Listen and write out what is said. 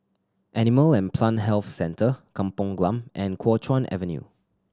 Animal and Plant Health Centre Kampong Glam and Kuo Chuan Avenue